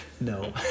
No